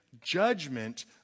judgment